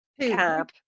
cab